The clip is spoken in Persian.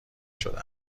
شده